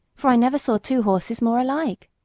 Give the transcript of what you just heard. for i never saw two horses more alike.